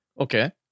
okay